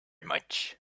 much